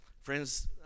friends